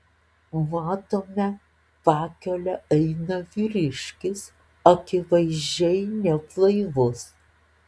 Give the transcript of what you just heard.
matome pakele eina vyriškis akivaizdžiai neblaivus